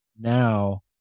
now